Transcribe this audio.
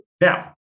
Now